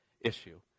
issue